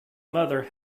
mother